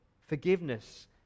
forgiveness